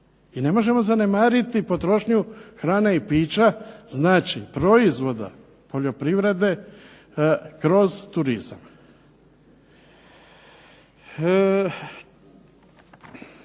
I ne možemo zanemariti potrošnju hrane i pića, znači proizvoda poljoprivrede kroz turizam.